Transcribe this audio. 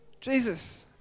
Jesus